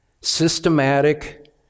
systematic